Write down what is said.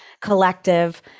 collective